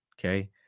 Okay